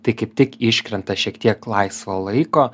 tai kaip tik iškrenta šiek tiek laisvo laiko